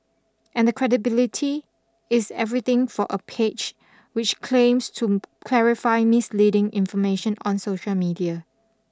and the credibility is everything for a page which claims to clarify misleading information on social media